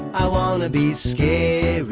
i wanna be scary.